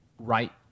right